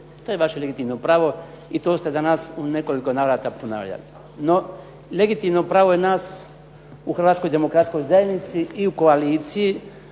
To je vaše legitimno pravo i to ste danas u nekoliko navrata ponavljali. No, legitimno pravo je nas u HDZ-u i u koaliciji